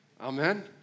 Amen